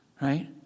Right